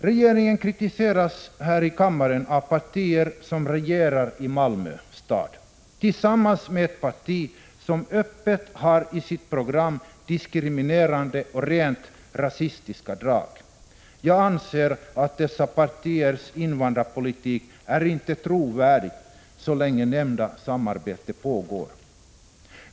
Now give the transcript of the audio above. Regeringen kritiseras här i kammaren av partier som regerar i Malmö tillsammans med ett parti som öppet i sitt program har diskriminerande och rent rasistiska drag. Jag anser att dessa partiers invandrarpolitik inte är trovärdig så länge nämnda samarbete pågår.